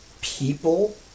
people